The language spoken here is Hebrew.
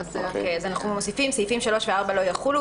אנחנו מוסיפים: סעיפים 3 ו-4 לא יחולו,